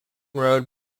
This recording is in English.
road